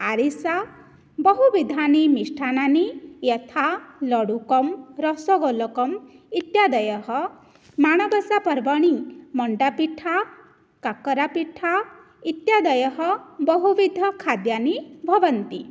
आरिसा बहुविधानि मिष्टान्नानि यथा लड्डुकं रसगोलकम् इत्यादयः माणबसापर्वणि मोण्डापिट्ठा कक्करापिट्ठा इत्यादयः बहुविधखाद्यानि भवन्ति